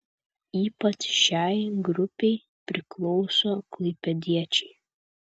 ypač šiai grupei priklauso klaipėdiečiai